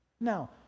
Now